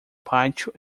pátio